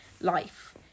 life